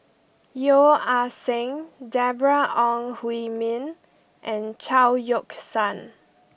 Yeo Ah Seng Deborah Ong Hui Min and Chao Yoke San